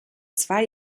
zwei